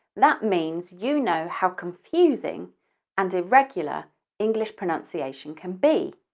that means you know how confusing and irregular english pronunciation can be.